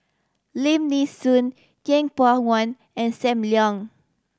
Lim Nee Soon Yeng Pway One and Sam Leong